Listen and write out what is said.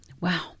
wow